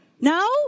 No